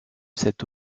cette